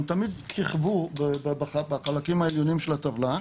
הם תמיד כיכבו בחלקים העליונים של הטבלה,